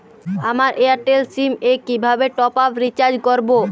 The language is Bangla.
আমার এয়ারটেল সিম এ কিভাবে টপ আপ রিচার্জ করবো?